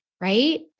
right